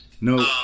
No